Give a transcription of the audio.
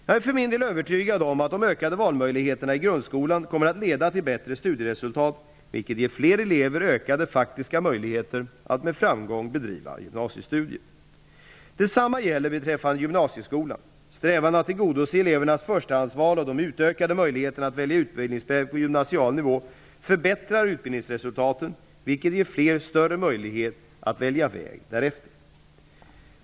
Jag är övertygad om att de ökade valmöjligheterna i grundskolan kommer att leda till bättre studieresultat, vilket ger flera elever ökade faktiska möjligheter att med framgång bedriva gymnasiestudier. Detsamma gäller beträffande gymnasieskolan. Strävan att tillgodose elevernas förstahandsval och de utökade möjligheterna att välja utbildningsväg på gymnasial nivå förbättrar utbildningsresultaten, vilket ger fler större möjligheter att välja väg.